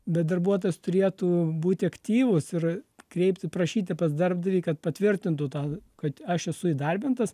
bet darbuotojas turėtų būti aktyvus ir kreipti prašyti pas darbdavį kad patvirtintų tą kad aš esu įdarbintas